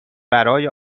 برای